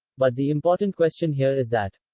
but the important question here is that,